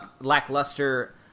lackluster